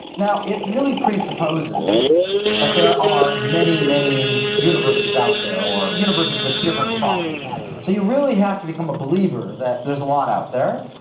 it really presupposes that there are many, many universes out there, or universes with different properties. so you really have to become a believer that there is a lot out there.